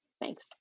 thanks